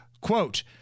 Quote